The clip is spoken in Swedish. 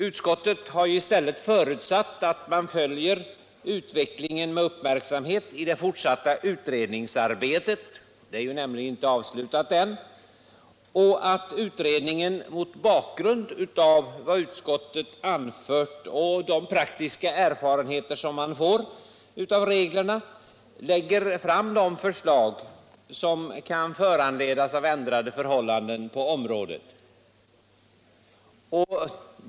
Utskottet har i stället förutsatt att man skall följa utvecklingen med uppmärksamhet i det fortsatta utredningsarbetet — det är nämligen inte avslutat än — och att utredningen mot bakgrund av vad utskottet anfört och de praktiska erfarenheter som man får av reglerna lägger fram de förslag som kan föranledas av ändrade förhållanden på området.